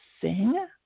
sing